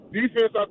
defense